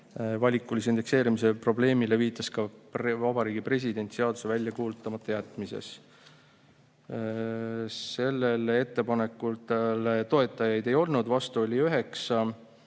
Valikulise indekseerimise probleemile viitas ka Vabariigi President seadust välja kuulutamata jättes. Sellele ettepanekule toetajaid ei olnud, vastu oli 9,